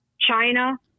China